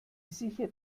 sicher